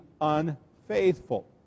unfaithful